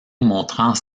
montrant